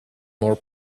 more